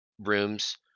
rooms